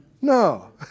No